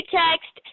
text